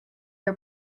are